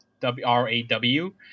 w-r-a-w